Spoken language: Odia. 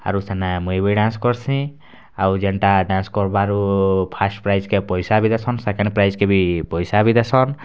ଆରୁ ସିନା ମୁଇଁ ବି ଡାନ୍ସ୍ କରସିଁ ଆଉ ଯେନ୍ଟା ଡାନ୍ସ୍ କରିବାରୁ ଫାଷ୍ଟ୍ ପ୍ରାଇଜ୍ କେ ପଇସା ବି ଦେସନ୍ ସେକେଣ୍ଡ୍ ପ୍ରାଇଜ୍ କେ ବି ପଇସା ବି ଦେସନ୍